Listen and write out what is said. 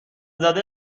زده